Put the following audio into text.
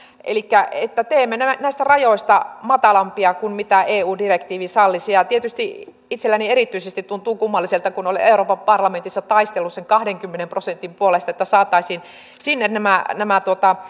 elikkä teemme näistä rajoista matalampia kuin mitä eu direktiivi sallisi tietysti itselleni erityisesti tuntuu kummalliselta kun olen euroopan parlamentissa taistellut sen kahdenkymmenen prosentin puolesta että saataisiin sinne nämä nämä